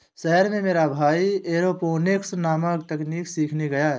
शहर में मेरा भाई एरोपोनिक्स नामक तकनीक सीखने गया है